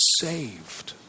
saved